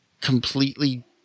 completely